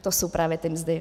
To jsou právě ty mzdy.